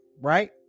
right